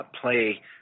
play